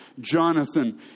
Jonathan